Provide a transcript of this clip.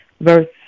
verse